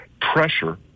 pressure